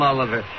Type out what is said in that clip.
Oliver